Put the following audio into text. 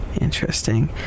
Interesting